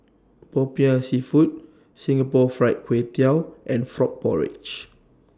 Popiah Seafood Singapore Fried Kway Tiao and Frog Porridge